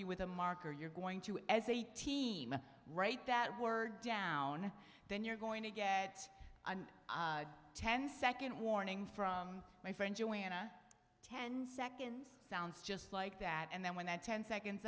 you with a marker you're going to as a team write that word down and then you're going to get an odd ten second warning from my friend joanna ten seconds sounds just like that and then when that ten seconds